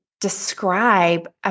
describe